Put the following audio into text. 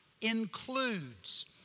includes